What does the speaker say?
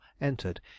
entered